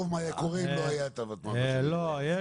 מה היה קורה אם לא היה את הוותמ"ל אבל שלומי,